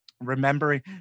remembering